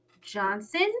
Johnson